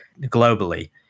globally